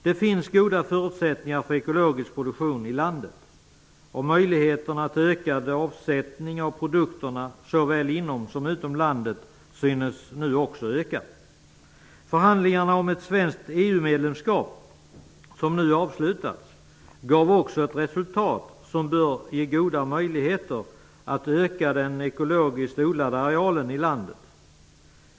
Det finns goda förutsättningar för ekologisk produktion i landet. Möjligheterna till ökad avsättning av produkterna såväl inom som utom landet synes nu också bli större. Förhandlingarna om ett svenskt EU-medlemskap, vilka nu avslutats, gav också ett resultat som bör innebära goda möjligheter till en ökad ekologiskt odlad areal i landet.